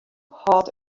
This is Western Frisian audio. hâldt